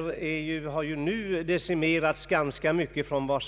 fråga har ju nu tonats ned.